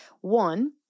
one